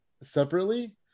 separately